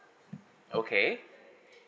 okay